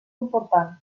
important